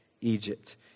Egypt